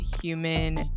human